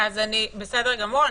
בסדר גמור.